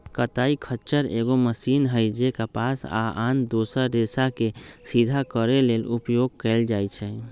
कताइ खच्चर एगो मशीन हइ जे कपास आ आन दोसर रेशाके सिधा करे लेल उपयोग कएल जाइछइ